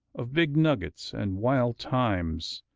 of big nuggets, and wild times,